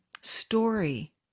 story